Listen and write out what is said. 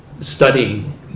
studying